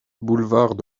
boulevard